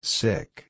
sick